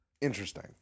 interesting